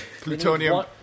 plutonium